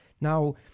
Now